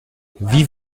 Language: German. wie